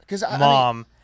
mom